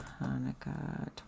Hanukkah